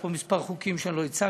יש פה כמה חוקים שלא הצגתי.